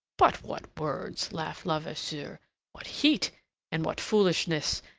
but what words! laughed levasseur. what heat and what foolishness!